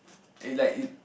eh like it